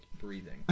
breathing